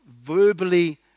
verbally